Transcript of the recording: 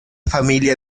familia